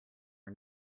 are